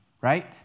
right